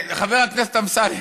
חבר הכנסת אמסלם,